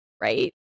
right